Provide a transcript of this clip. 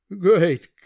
great